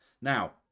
Now